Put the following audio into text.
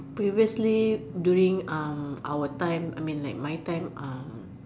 previously during our time I mean like my time